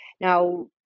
Now